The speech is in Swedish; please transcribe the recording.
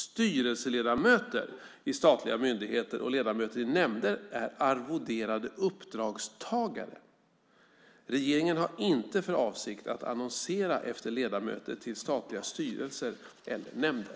Styrelseledamöter i statliga myndigheter och ledamöter i nämnder är arvoderade uppdragstagare. Regeringen har inte för avsikt att annonsera efter ledamöter till statliga styrelser eller nämnder.